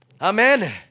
Amen